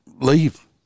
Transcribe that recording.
Leave